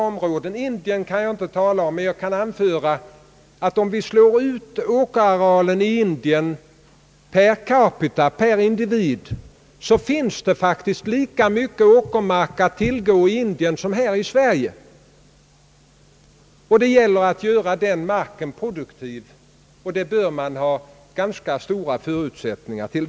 Om vi räknar åkerarealen i Indien per capita finner vi att det finns lika mycket åkermark att tillgå i Indien som här i Sverige. Det gäller att göra den marken produktiv, och det bör man ha ganska stora förutsättningar för.